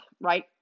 Right